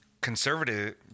conservative